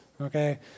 okay